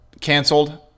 canceled